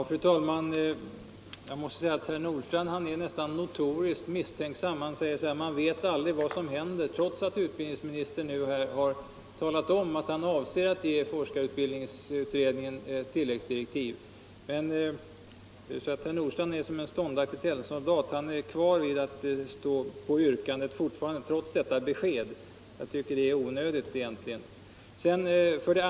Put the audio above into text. Fru talman! Herr Nordstrandh är nästan notoriskt misstänksam. Han säger att ”man vet aldrig vad som händer”, trots att utbildningsministern har talat om att han avser att ge forskarutbildningsutredningen tilläggsdirektiv. Herr Nordstrandh är som den ståndaktige tennsoldaten — han håller fast vid sitt yrkande trots detta besked. Jag tycker att det är onödigt.